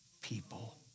people